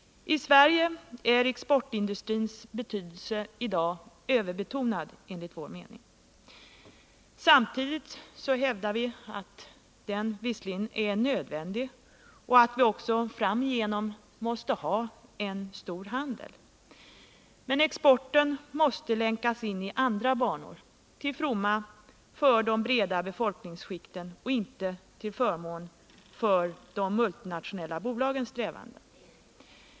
I Sverige är exportindustrins betydelse enligt vår mening i dag överbetonad. Samtidigt hävdar vi att exportindustrin visserligen är nödvändig och att vi också framöver måste ha en stor handel. Men exporten måste länkas in i andra banor till fromma för de breda befolkningsskikten och inte till förmån för de multinationella bolagens strävanden.